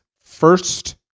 first